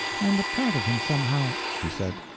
and a part of him, somehow, she said.